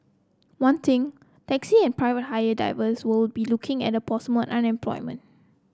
one thing taxi and private hire drivers will be looking at the unemployment